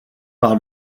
par